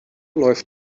läuft